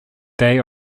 day